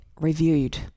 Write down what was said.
reviewed